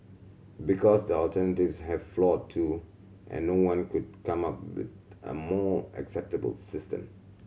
because the alternatives have flaw too and no one could come up with a more acceptable system